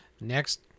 Next